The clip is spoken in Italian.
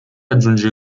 aggiunge